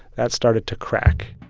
that started to crack